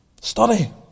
Study